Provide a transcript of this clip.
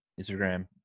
instagram